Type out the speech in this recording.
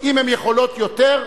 אם הן יכולות יותר,